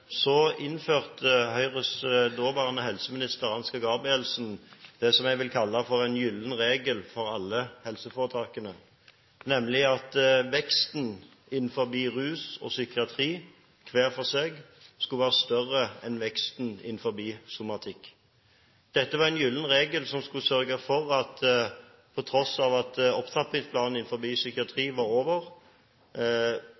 så de kommer i en situasjon der de ikke lenger er avhengige av rus. I 2005 innførte Høyres daværende helseminister, Ansgar Gabrielsen, det jeg vil kalle for en gyllen regel for alle helseforetakene, nemlig at veksten innenfor rus og psykiatri hver for seg skulle være større enn veksten innenfor somatikk. Dette var en gyllen regel som skulle sørge for – når opptrappingsplanen innenfor psykiatri